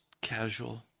casual